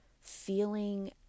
feeling